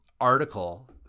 article